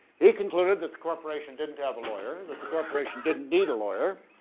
he concluded that the corporation didn't have a lawyer, that the corporation didn't need a lawyer,